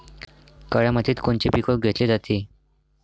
काळ्या मातीत कोनचे पिकं घेतले जाते?